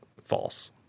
false